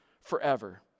forever